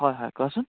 হয় হয় কোৱাচোন